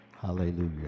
Hallelujah